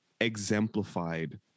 exemplified